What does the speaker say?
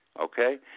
okay